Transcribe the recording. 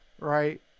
right